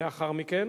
לאחר מכן.